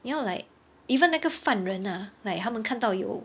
你要 like even 那个犯人 ah like 他们到看有